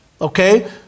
okay